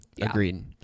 Agreed